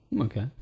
Okay